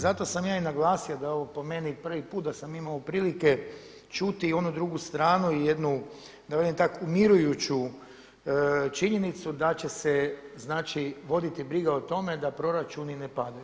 Zato sam ja i naglasio da je ovo po meni prvi put da sam imao prilike čuti i onu drugu stranu i jednu da velim tako umirujuću činjenicu da će se znači voditi briga o tome da proračuni ne padaju.